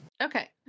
Okay